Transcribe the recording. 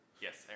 Yes